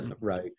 right